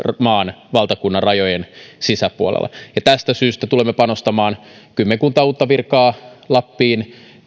valtakunnan rajojen sisäpuolella tästä syystä tulemme panostamaan kymmenkunta uutta virkaa lappiin